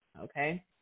okay